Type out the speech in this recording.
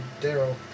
Daryl